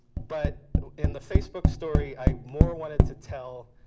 but in the facebook story, i more wanted to tell